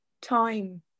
time